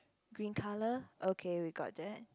green colour okay we got that